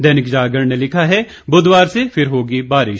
दैनिक जागरण ने लिखा है बुधवार से फिर होगी बारिश